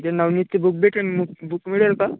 इथे नवनीतचे बुक भेटेन मुक बुक मिळेल का